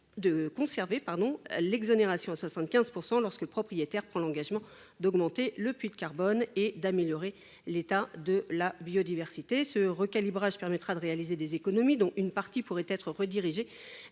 de maintenir l’exonération à 75 % lorsque le propriétaire prend l’engagement d’augmenter le puits de carbone et d’améliorer l’état de la biodiversité. Ce recalibrage permettra de réaliser des économies dont une partie pourrait être redirigée